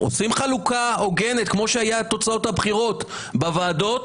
עושים חלוקה הוגנת כמו שהיו תוצאות הבחירות בוועדות,